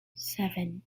seven